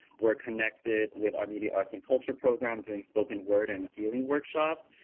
we're connected with our media arts and culture programs doing spoken word and healing workshops.